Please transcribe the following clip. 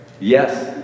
Yes